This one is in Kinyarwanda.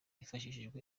hifashishijwe